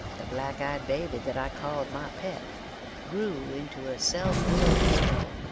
the black-eyed baby that i called my pet grew into a self-willed girl,